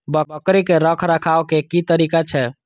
बकरी के रखरखाव के कि तरीका छै?